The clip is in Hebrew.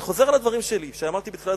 אני חוזר על הדברים שלי שאמרתי בתחילת דברי,